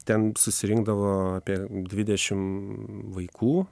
ten susirinkdavo apie dvidešimt vaikų